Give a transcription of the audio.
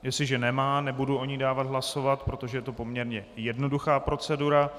Jestliže nemá, nebudu o ní dávat hlasovat, protože je to poměrně jednoduchá procedura.